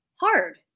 hard